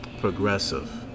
progressive